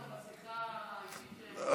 תשתפו אותנו בשיחה האישית,